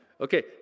Okay